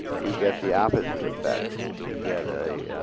you get the opposite effect. you get a